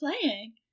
playing